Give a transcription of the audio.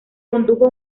condujo